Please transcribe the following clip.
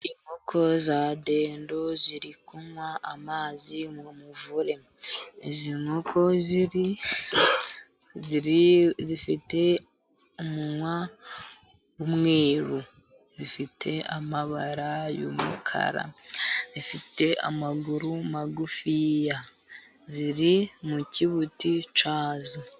Inkoko za dendo ziri kunywa amazi mu muvure , izi nkoko zifite umunwa w'umweru, zifite amabara y'umukara, zifite amaguru magufiya, ziri mu kibuti cyazo.